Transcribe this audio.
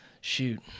Shoot